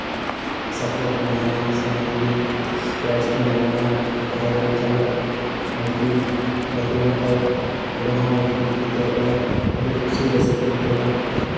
support ᱧᱟᱢᱚᱜᱼᱟ ᱥᱮ ᱢᱚᱡᱽ ᱜᱮ ᱯᱨᱟᱭᱤᱡᱽ ᱠᱚ ᱧᱟᱢᱚᱜᱼ ᱡᱟᱦᱟᱸ ᱨᱮᱜᱮᱢ ᱪᱟᱞᱟᱜ ᱢᱚᱡᱽ ᱜᱮ ᱜᱟᱛᱮ ᱞᱮᱱᱠᱷᱟᱡ ᱱᱚᱰᱮ ᱦᱚᱸ ᱢᱚᱡᱽ ᱜᱮᱢ ᱡᱤᱛᱠᱟᱹᱨᱚᱜᱼᱟ ᱟᱹᱰᱤ ᱠᱩᱥᱤ ᱨᱟᱹᱥᱠᱟᱹ ᱵᱩᱡᱷᱟᱹᱜᱼᱟ